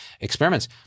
experiments